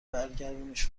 برگردونیش